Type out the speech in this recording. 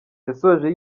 yasoje